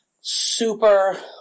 super